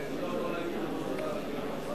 תודה לחברת הכנסת רחל אדטו.